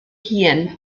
hun